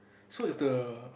so if the